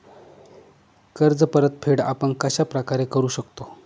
कर्ज परतफेड आपण कश्या प्रकारे करु शकतो?